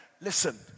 Listen